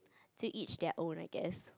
to each their own I guess